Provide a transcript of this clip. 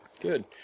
Good